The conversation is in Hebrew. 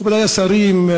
מכובדי השרים,